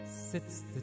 sits